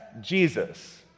Jesus